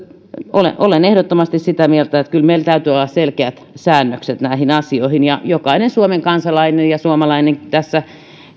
olen olen ehdottomasti sitä mieltä että kyllä meillä täytyy olla selkeät säännökset näihin asioihin jokainen suomen kansalainen ja suomalainen tässä